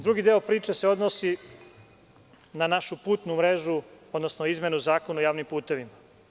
Drugi deo priče se odnosi na našu putnu mrežu, odnosno izmenu Zakona o javnim putevima.